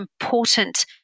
important